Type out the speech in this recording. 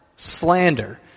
Slander